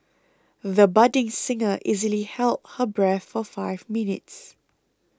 the budding singer easily held her breath for five minutes